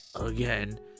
again